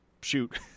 shoot